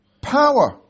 power